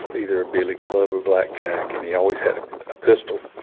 either a billy club or blackjack, and he always had ah a pistol.